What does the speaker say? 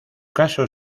caso